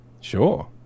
Sure